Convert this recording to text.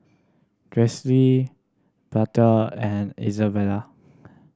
Baxter and Izabella